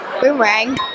Boomerang